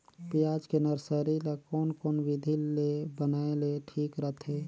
पियाज के नर्सरी ला कोन कोन विधि ले बनाय ले ठीक रथे?